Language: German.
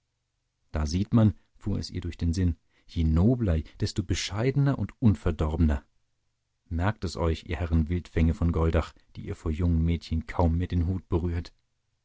da sieht man fuhr es ihr durch den sinn je nobler desto bescheidener und unverdorbener merkt es euch ihr herren wildfänge von goldach die ihr vor jungen mädchen kaum mehr den hut berührt